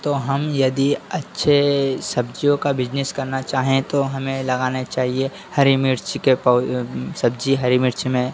तो हम यदि अच्छे सब्जियों का बिजनेस करना चाहें तो हमें लगाने चाहिए हरी मिर्च के सब्जी हरी मिर्च में